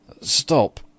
Stop